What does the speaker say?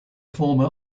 former